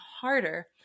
harder